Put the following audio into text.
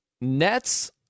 Nets